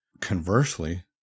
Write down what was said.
Conversely